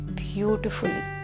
beautifully